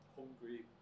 hungry